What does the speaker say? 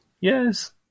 Yes